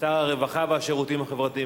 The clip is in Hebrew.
שר הרווחה והשירותים החברתיים.